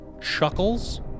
Chuckles